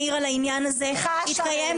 אני אתן לך לצעוק,